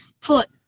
foot